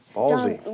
ballsy.